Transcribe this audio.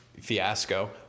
fiasco